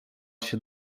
się